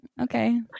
okay